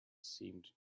seemed